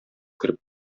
кереп